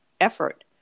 effort